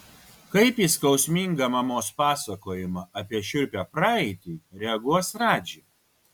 kaip į skausmingą mamos pasakojimą apie šiurpią praeitį reaguos radži